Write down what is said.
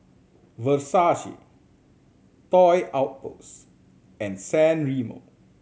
Versace Toy Outpost and San Remo